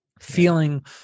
feeling